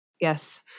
Yes